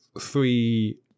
three